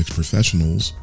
professionals